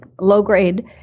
low-grade